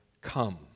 come